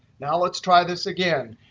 now, let's try this again.